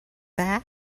that